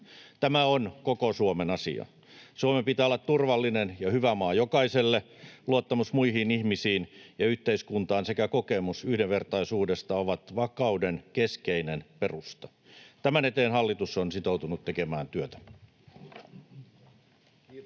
Tämä on koko Suomen asia. Suomen pitää olla turvallinen ja hyvä maa jokaiselle. Luottamus muihin ihmisiin ja yhteiskuntaan sekä kokemus yhdenvertaisuudesta ovat vakauden keskeinen perusta. Tämän eteen hallitus on sitoutunut tekemään työtä. Kiitoksia.